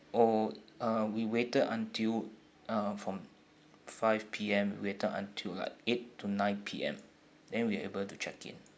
oh uh we waited until uh from five P_M we waited until like eight to nine P_M then we are able to check in